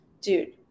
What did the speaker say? dude